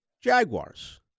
Jaguars